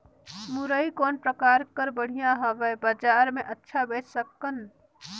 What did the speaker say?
मुरई कौन प्रकार कर बढ़िया हवय? बजार मे अच्छा बेच सकन